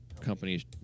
companies